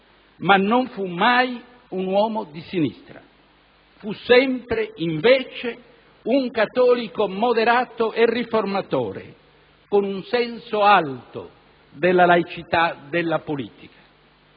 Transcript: ma non fu mai un uomo di sinistra. Fu sempre, invece, un cattolico moderato e riformatore, con un senso alto della laicità della politica.